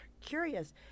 curious